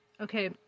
Okay